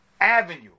avenue